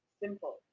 simple